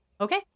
Okay